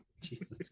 Jesus